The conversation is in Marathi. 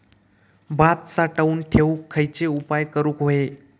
भात साठवून ठेवूक खयचे उपाय करूक व्हये?